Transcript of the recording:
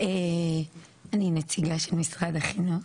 אני נציגה של משרד החינוך.